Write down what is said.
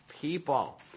people